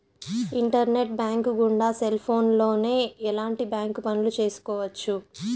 internet bank గుండా cell ఫోన్లోనే ఎలాంటి బ్యాంక్ పనులు చేసుకోవచ్చు